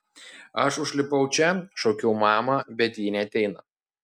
aš užlipau čia šaukiau mamą bet ji neateina